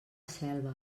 selva